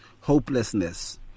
hopelessness